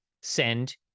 send